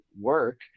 work